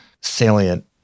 salient